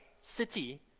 city